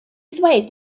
ddweud